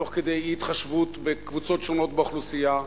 תוך כדי אי-התחשבות בקבוצות שונות באוכלוסייה,